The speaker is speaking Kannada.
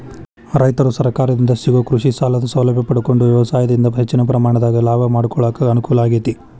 ರೈತರು ಸರಕಾರದಿಂದ ಸಿಗೋ ಕೃಷಿಸಾಲದ ಸೌಲಭ್ಯ ಪಡಕೊಂಡು ವ್ಯವಸಾಯದಿಂದ ಹೆಚ್ಚಿನ ಪ್ರಮಾಣದಾಗ ಲಾಭ ಮಾಡಕೊಳಕ ಅನುಕೂಲ ಆಗೇತಿ